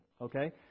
Okay